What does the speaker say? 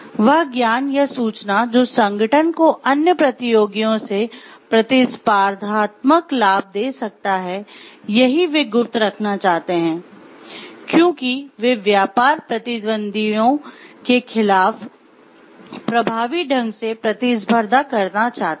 वह ज्ञान या सूचना जो संगठन को अन्य प्रतियोगियों से प्रतिस्पर्धात्मक लाभ दे सकता है यही वे गुप्त रखना चाहते हैं क्योंकि वे व्यापार प्रतिद्वंदियों के खिलाफ प्रभावी ढंग से प्रतिस्पर्धा करना चाहते हैं